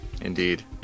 Indeed